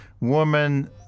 woman